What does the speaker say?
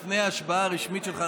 לפני ההשבעה הרשמית שלך,